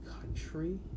country